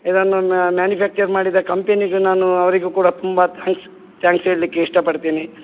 ಇದನ್ನು ಮ್ಯಾನುಫ್ಯಾಕ್ಚರ್ ಮಾಡಿದ ಕಂಪೆನಿಗು ನಾನು ಅವರಿಗೂ ಕೂಡ ತುಂಬ ಥ್ಯಾಂಕ್ಸ್ ಥ್ಯಾಂಕ್ಸ್ ಹೇಳಲಿಕ್ಕೆ ಇಷ್ಟಪಡ್ತೀನಿ